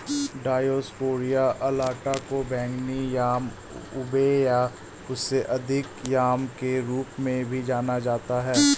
Dioscorea alata को बैंगनी yam ube या उससे अधिक याम के रूप में भी जाना जाता है